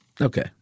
Okay